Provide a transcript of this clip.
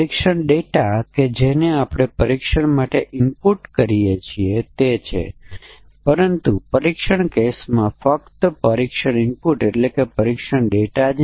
આજે આપણે બીજી બ્લેક બોક્સ પરીક્ષણ વ્યૂહરચના જોઈએ છીએ જેને વિશેષ મૂલ્ય પરીક્ષણ કહે છે